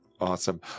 Awesome